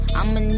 I'ma